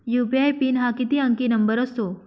UPI pin हा किती अंकी नंबर असतो?